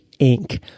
Inc